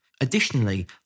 Additionally